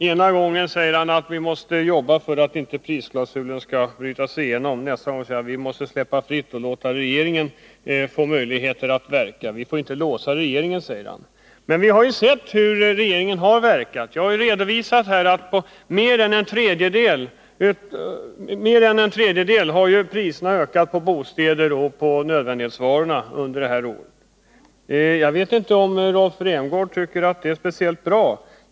Ena gången säger han att vi måste jobba för att inte prisklausulen skall lösas ut, men nästa gång säger han att vi måste släppa detta fritt och låta regeringen få möjlighet att verka. Vi får inte låsa regeringen, säger han. Men vi har sett hur regeringen har verkat. Jag har redovisat att priserna på bostäder och nödvändighetsvaror har ökat med mer än en tredjedel under det här året. Jag vet inte om Rolf Rämgård tycker att det är speciellt bra.